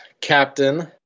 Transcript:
Captain